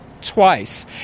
twice